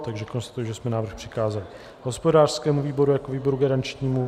Takže konstatuji, že jsme návrh přikázali hospodářskému výboru jako výboru garančnímu.